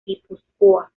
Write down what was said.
guipúzcoa